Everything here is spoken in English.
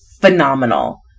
phenomenal